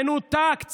מנותק.